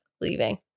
leaving